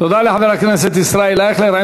תודה לחבר הכנסת ישראל אייכלר.